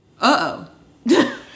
uh-oh